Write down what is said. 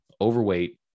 overweight